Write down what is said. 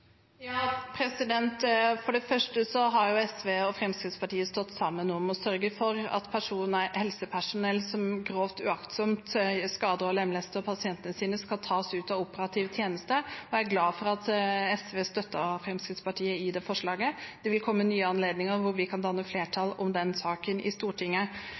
For det første har SV og Fremskrittspartiet stått sammen om å sørge for at helsepersonell som grovt uaktsomt skader og lemlester pasientene sine, skal tas ut av operativ tjeneste, og jeg er glad for at SV støttet Fremskrittspartiet i det forslaget. Det vil komme nye anledninger hvor vi kan danne flertall om den saken i Stortinget.